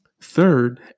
Third